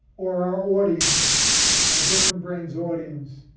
or our audience our different brains audience,